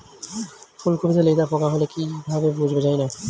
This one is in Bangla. ফুলকপিতে লেদা পোকা হলে কি ভাবে বুঝবো?